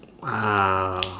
Wow